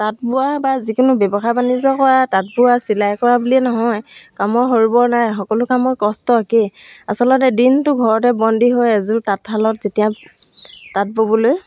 তাঁত বোৱা বা যিকোনো ব্যৱসায় বাণিজ্য কৰা তাঁত বোৱা চিলাই কৰা বুলিয়ে নহয় কামৰ সৰু বৰ নাই সকলো কামৰ কষ্ট একেই আচলতে দিনটো ঘৰতে বন্দী হৈ এযোৰ তাঁতশালত যেতিয়া তাঁত ব'বলৈ